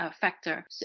factor